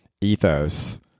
ethos